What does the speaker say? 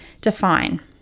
Define